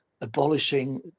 abolishing